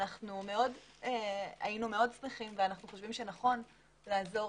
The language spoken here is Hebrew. אנו היינו מאוד שמחים וחושבים שנכון לעזור